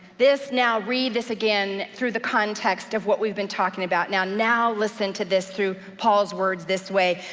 this now, read this again through the context of what we've been talking about. now now listen to this through paul's words this way.